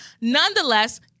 nonetheless